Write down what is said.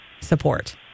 support